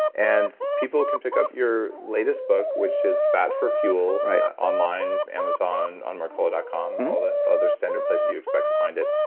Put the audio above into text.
and people can pick up your latest book, which is fact for fuel online, amazon, on mercola dot com, all the other standard places you expect to find it.